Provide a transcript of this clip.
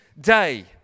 day